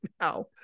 now